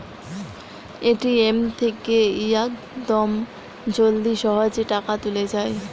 ATM থেকে ইয়াকদম জলদি সহজে টাকা তুলে যায়